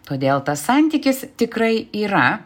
todėl tas santykis tikrai yra